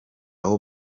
aho